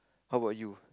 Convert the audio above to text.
how about you